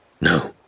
No